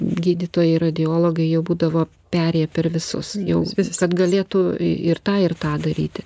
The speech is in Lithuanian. gydytojai radiologai jau būdavo perėję per visus jau kad galėtų ir tą ir tą daryti